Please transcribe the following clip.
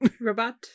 Robot